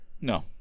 No